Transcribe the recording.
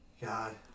God